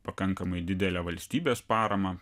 pakankamai didelę valstybės paramą